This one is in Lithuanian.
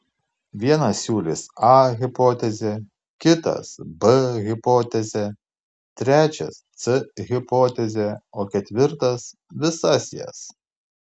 vienas siūlys a hipotezę kitas b hipotezę trečias c hipotezę o ketvirtas visas jas